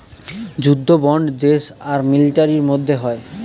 যুদ্ধ বন্ড দেশ আর মিলিটারির মধ্যে হয়